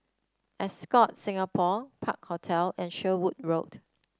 Ascott Singapore Park Hotel and Sherwood Road